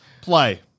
Play